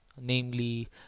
namely